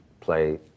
play